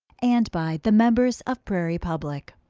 and by the members of prairie public.